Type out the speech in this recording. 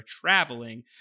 traveling